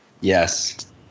Yes